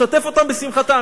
לשתף אותם בשמחתם".